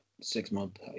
six-month